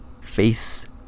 Face